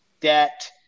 debt